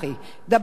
דבורייה,